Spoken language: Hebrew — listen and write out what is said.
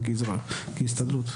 כהסתדרות.